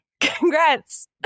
Congrats